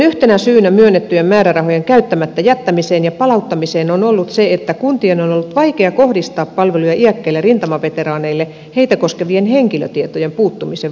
yhtenä syynä myönnettyjen määrärahojen käyttämättä jättämiseen ja palauttamiseen on ollut se että kuntien on ollut vaikea kohdistaa palveluja iäkkäille rintamaveteraaneille heitä koskevien henkilötietojen puuttumisen vuoksi